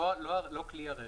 לא כלי הרכב.